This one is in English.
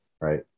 right